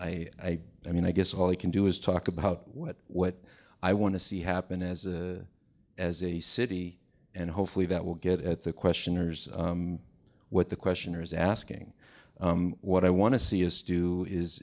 i i mean i guess all i can do is talk about what what i want to see happen as a as a city and hopefully that will get at the questioner's what the questioner is asking what i want to see us do is